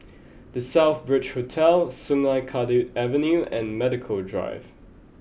The Southbridge Hotel Sungei Kadut Avenue and Medical Drive